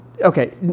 okay